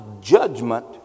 judgment